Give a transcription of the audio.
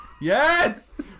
yes